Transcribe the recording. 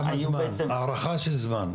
הערכה של זמן.